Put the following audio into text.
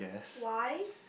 why